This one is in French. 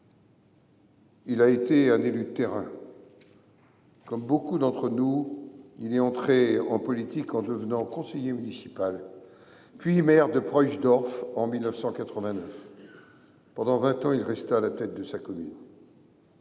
». C’était un élu de terrain. Comme beaucoup d’entre nous, il était entré en politique en devenant conseiller municipal, avant de devenir maire de Preuschdorf en 1989. Pendant vingt ans, il resta à la tête de sa commune.